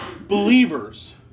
believers